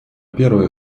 первая